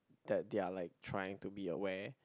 that they are like trying to be aware